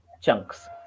chunks